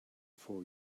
for